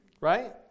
right